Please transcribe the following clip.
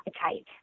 appetite